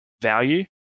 value